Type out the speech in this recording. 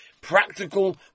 practical